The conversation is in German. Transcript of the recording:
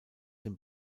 den